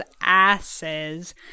asses